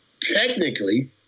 Technically